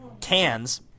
cans –